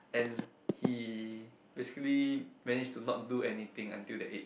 and he basically managed to not do anything until that age